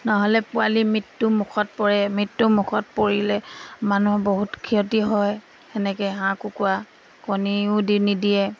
নহ'লে পোৱালি মৃত্যুৰ মুখত পৰে মৃত্যুৰ মুখত পৰিলে মানুহৰ বহুত ক্ষতি হয় সেনেকে হাঁহ কুকুৰা কণীও নিদিয়ে